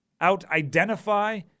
out-identify